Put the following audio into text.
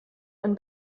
ein